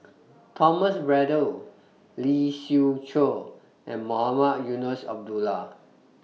Thomas Braddell Lee Siew Choh and Mohamed Eunos Abdullah